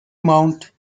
mount